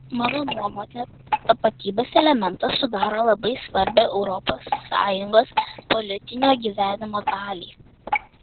mano nuomone tapatybės elementas sudaro labai svarbią europos sąjungos politinio gyvenimo dalį